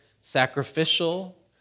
sacrificial